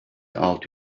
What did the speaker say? altı